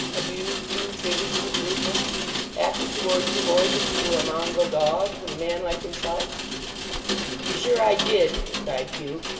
abused you, treated you with rudeness acted towards you, more as if you were a mongrel dog than a man like himself to be sure i did cried hugh,